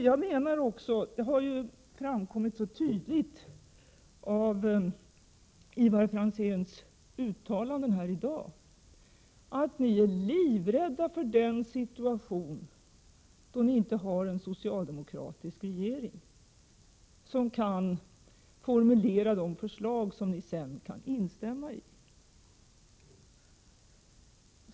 Jag menar också att ni, vilket har framkommit tydligt av Ivar Franzéns uttalande i dag, är livrädda för en situation då ni inte har en socialdemokratisk regering som kan formulera förslag som ni sedan kan instämma i.